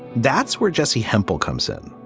that's where jessi hempel comes in